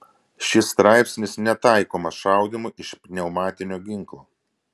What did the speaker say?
šis straipsnis netaikomas šaudymui iš pneumatinio ginklo